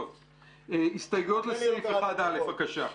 הסתייגות לסעיף 1א, בבקשה.